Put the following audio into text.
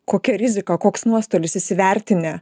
kokia rizika koks nuostolis įsivertinę